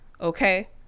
okay